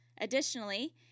Additionally